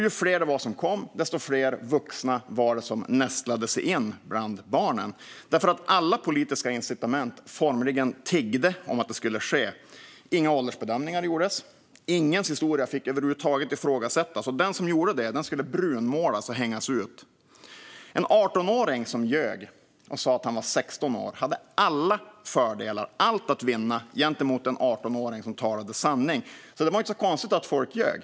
Ju fler som kom, desto fler vuxna var det som nästlade sig in bland barnen. Alla politiska incitament formligen tiggde ju om att det skulle ske. Inga åldersbedömningar gjordes. Ingens historia fick över huvud taget ifrågasättas, och den som gjorde det skulle brunmålas och hängas ut. En 18-åring som ljög och sa att han var 16 år hade allt att vinna gentemot den 18-åring som talade sanning, så det var inte så konstigt att folk ljög.